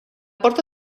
porta